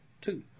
two